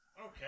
Okay